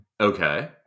Okay